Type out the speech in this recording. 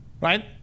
right